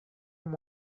amb